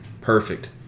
Perfect